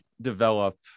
develop